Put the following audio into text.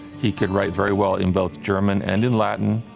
hee could write very well in both german and in latin.